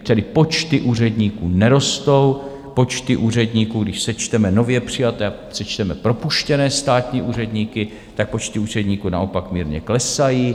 Tedy počty úředníků nerostou, počty úředníků, když sečteme nově přijaté a sečteme propuštěné státní úředníky, počty úředníků naopak mírně klesají.